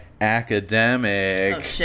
academic